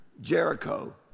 Jericho